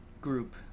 group